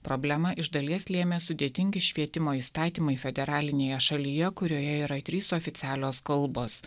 problemą iš dalies lėmė sudėtingi švietimo įstatymai federalinėje šalyje kurioje yra trys oficialios kalbos